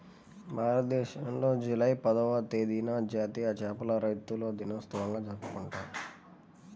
భారతదేశంలో జూలై పదవ తేదీన జాతీయ చేపల రైతుల దినోత్సవంగా జరుపుకుంటున్నాం